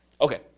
Okay